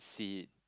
seek